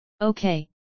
Okay